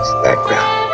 background